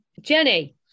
Jenny